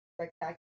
spectacular